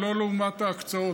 ולא לעומת ההקצאות.